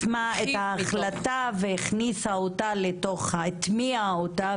-- שיישמה את ההחלטה והכניסה אותה, הטמיעה אותה.